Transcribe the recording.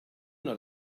not